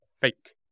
fake